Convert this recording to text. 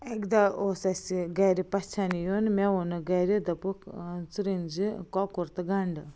اَکہِ دۄہ اوس اسہِ گھرِ پَژھیٚن یُن مےٚ ووٚنُکھ گھرِ دوٚپُکھ ٲں ژٕ رٔنہِ زِ کۄکُر تہٕ گنٛڈٕ